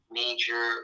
major